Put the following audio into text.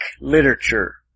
literature